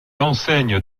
enseigne